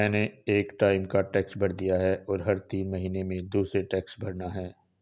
मैंने एक टाइम का टैक्स भर दिया है, और हर तीन महीने में दूसरे टैक्स भरना है